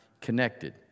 connected